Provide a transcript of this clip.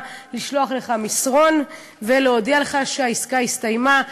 לשלוח לך מסרון ולהודיע לך שהעסקה הסתיימה,